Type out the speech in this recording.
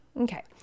Okay